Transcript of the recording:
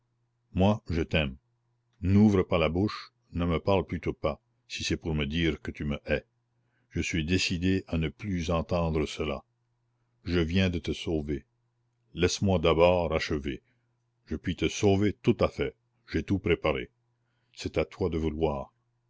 moi je t'aime n'ouvre pas la bouche ne me parle plutôt pas si c'est pour me dire que tu me hais je suis décidé à ne plus entendre cela je viens de te sauver laisse-moi d'abord achever je puis te sauver tout à fait j'ai tout préparé c'est à toi de vouloir